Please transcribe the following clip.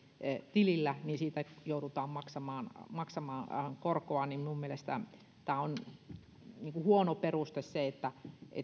tilillä niin siitä joudutaan maksamaan korkoa on minun mielestäni huono peruste se että